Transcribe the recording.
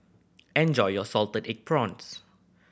enjoy your salted egg prawns